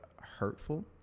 hurtful